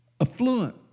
affluent